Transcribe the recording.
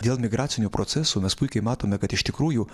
dėl migracinių procesų mes puikiai matome kad iš tikrųjų